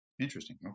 Interesting